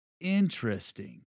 interesting